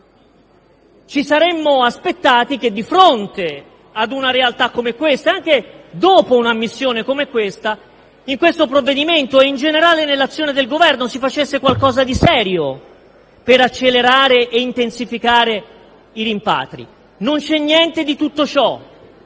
Ci saremmo aspettati che di fronte ad una realtà come questa e anche dopo un'ammissione come questa, in questo provvedimento e in generale nell'azione del Governo si facesse qualcosa di serio per accelerare e intensificare i rimpatri. Non c'è niente di tutto ciò.